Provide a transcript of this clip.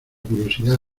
curiosidad